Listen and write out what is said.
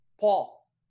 Paul